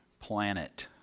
planet